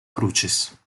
crucis